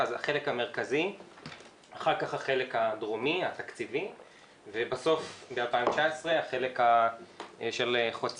מרכז המחקר והמידע של הכנסת התבקש להכין מסמך שלמעשה